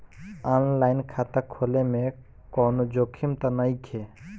आन line खाता खोले में कौनो जोखिम त नइखे?